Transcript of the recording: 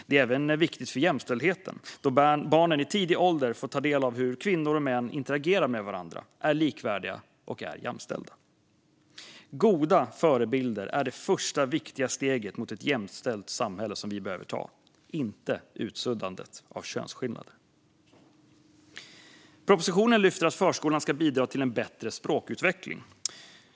Det är även viktigt för jämställdheten när barn i tidig ålder får ta del av hur kvinnor och män interagerar med varandra, är likvärdiga och är jämställda. Goda förebilder är det första viktiga steget mot ett jämställt samhälle som vi behöver ta, inte utsuddandet av könsskillnader. Propositionen lyfter fram att förskolan ska bidra till en bättre språkutveckling.